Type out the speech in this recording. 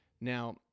now